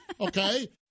Okay